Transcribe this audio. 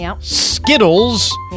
Skittles